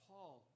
Paul